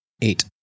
Eight